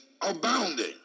abounding